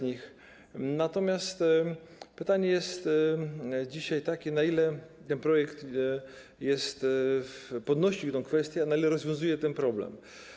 Natomiast pytanie jest dzisiaj takie: Na ile ten projekt podnosi tę kwestię, a na ile rozwiązuje ten problem?